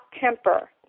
temper